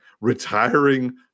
retiring